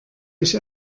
ich